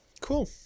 Cool